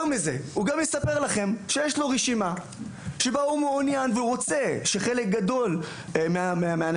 הוא יספר לכם שיש לו רשימה וחלק גדול מהאנשים